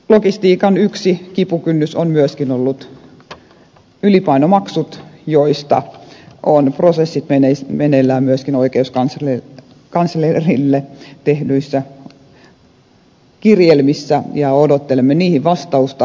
logistiikan yksi kipukynnys on myöskin ollut ylipainomaksut joista on prosessit meneillään myös oikeuskanslerille tehdyissä kirjelmissä ja odottelemme niihin vastausta